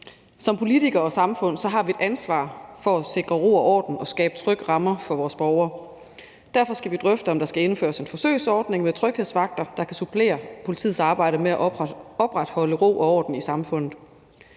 Som politikere og samfund har vi et ansvar for at sikre ro og orden og skabe trygge rammer for vores borgere. Derfor skal vi drøfte, om der skal indføres en forsøgsordning med tryghedsvagter, der kan supplere politiets arbejde med at opretholde ro og orden i samfundet.